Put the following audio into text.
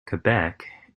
quebec